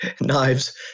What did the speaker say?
knives